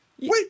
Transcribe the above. Wait